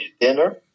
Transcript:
dinner